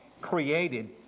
created